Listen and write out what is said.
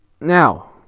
Now